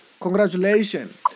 Congratulations